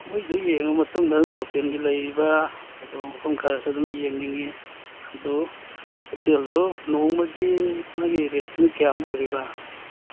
ꯀꯨꯝꯍꯩꯗꯨ ꯌꯦꯡꯂ ꯃꯇꯨꯡꯗ ꯑꯗꯨꯝ ꯂꯣꯀꯦꯜꯒꯤ ꯂꯩꯔꯤꯕ ꯐꯖꯕ ꯃꯐꯝ ꯈꯔꯁꯨ ꯑꯗꯨꯝ ꯌꯦꯡꯅꯤꯡꯉꯦ ꯑꯗꯨ ꯍꯣꯇꯦꯜꯗꯨ ꯅꯣꯡꯃꯒꯤ ꯃꯥꯒꯤ ꯔꯦꯠꯁꯤꯅ ꯀꯌꯥꯝ ꯑꯣꯏꯔꯤꯕ